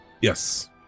yes